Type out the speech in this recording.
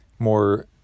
more